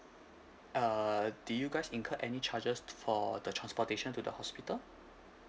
uh did you guys incur any charges for the transportation to the hospital